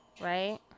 right